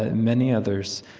ah many others.